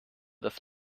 das